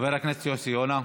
חבר הכנסת יוסי יונה.